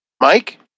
Mike